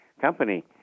company